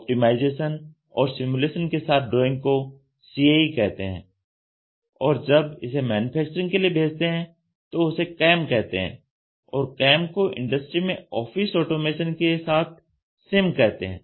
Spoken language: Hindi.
ऑप्टिमाइजेशन और सिमुलेशन के साथ ड्रॉइंग को CAE कहते हैं और जब इसे मैन्युफैक्चरिंग के लिए भेजते हैं तो उसे CAM कहते हैं और CAM को इंडस्ट्री में ऑफिस ऑटोमेशन के साथ CIM कहते हैं